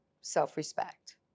self-respect